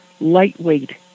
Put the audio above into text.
lightweight